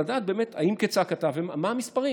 לדעת באמת האם כצעקתה ומה המספרים.